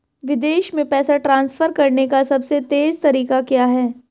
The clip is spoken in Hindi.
विदेश में पैसा ट्रांसफर करने का सबसे तेज़ तरीका क्या है?